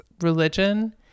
religion